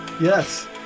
yes